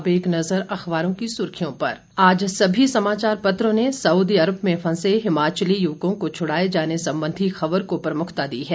अब एक नजर अखबारों की सुर्खियों पर आज सभी समाचार पत्रों ने सउदी अरब में फंसे हिमाचली युवकों को छुड़ाए जाने संबंधी खबर को प्रमुखता दी है